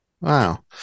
wow